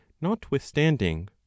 notwithstanding